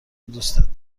دوستت